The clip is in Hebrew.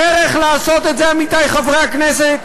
הדרך לעשות את זה, עמיתי חברי הכנסת,